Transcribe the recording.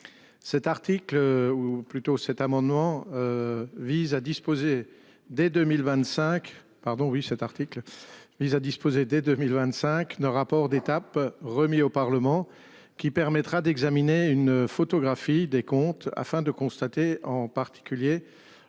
pardon oui cet article. Vise disposer dès 2025 noeuds rapport d'étape remis au Parlement qui permettra d'examiner une photographie des comptes afin de constater en particulier,